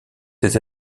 ses